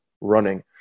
running